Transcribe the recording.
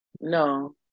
No